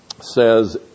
says